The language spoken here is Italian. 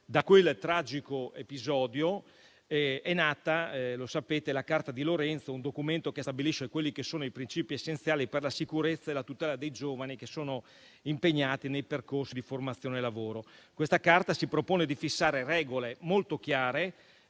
Da quel tragico episodio è nata, lo sapete, la Carta di Lorenzo, un documento che stabilisce quelli che sono i principi essenziali per la sicurezza e la tutela dei giovani che sono impegnati nei percorsi di formazione lavoro. Questa Carta si propone di fissare regole molto chiare,